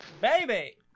Baby